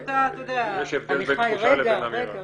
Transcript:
יש הבדל בין תחושה לבין אמירה.